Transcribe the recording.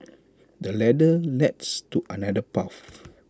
the ladder leads to another path